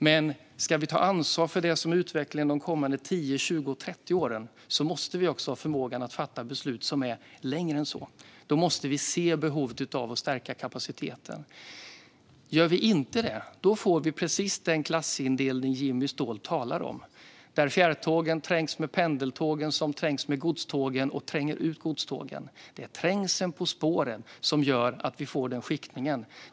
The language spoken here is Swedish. Men ska vi ta ansvar för det som är utvecklingen de kommande 10, 20 eller 30 åren måste vi också ha förmågan att fatta beslut som håller längre än så. Då måste vi se behovet av att stärka kapaciteten. Gör vi inte detta får vi precis den klassindelning som Jimmy Ståhl talar om, där fjärrtågen trängs med pendeltågen, som trängs med godstågen och tränger ut dem. Det är trängseln på spåren som gör att vi får en skiktning.